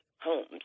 homes